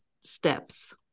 steps